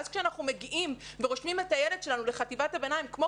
ואז כשאנחנו מגיעים ורושמים את הילד שלנו לחטיבת הביניים כמו